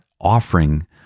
offering